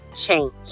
change